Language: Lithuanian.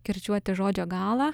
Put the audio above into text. kirčiuoti žodžio galą